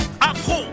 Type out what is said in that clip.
Afro